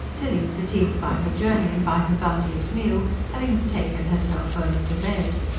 tilly, fatigued by her journey and by her bounteous meal, having betaken herself early to bed.